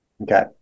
okay